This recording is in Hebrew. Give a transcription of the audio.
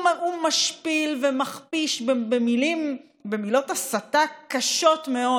הוא משפיל ומכפיש במילות הסתה קשות מאוד